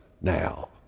now